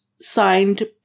signed